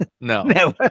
no